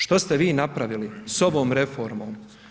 Što ste vi napravili s ovom reformom?